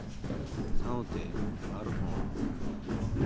ᱥᱟᱶᱛᱮ ᱟᱨᱦᱚᱸ